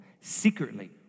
secretly